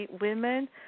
women